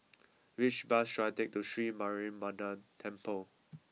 which bus should I take to Sri Mariamman Temple